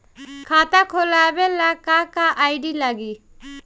खाता खोलाबे ला का का आइडी लागी?